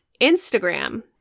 Instagram